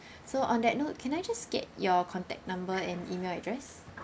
so on that note can I just get your contact number and email address